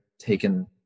taken